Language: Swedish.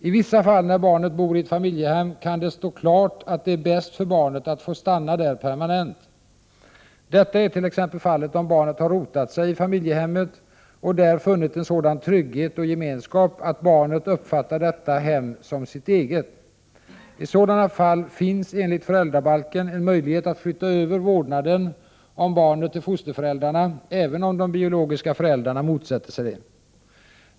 I vissa fall när barnet bor i ett familjehem kan det stå klart att det är bäst för barnet att få stanna där permanent. Detta är t.ex. fallet om barnet har rotat sig i familjehemmet och där funnit en sådan trygghet och gemenskap att barnet uppfattar detta hem som sitt eget. I sådant fall finns enligt föräldrabalken en möjlighet att flytta över vårdnaden om barnet till fosterföräldrarna även om de biologiska föräldrarna motsätter sig det.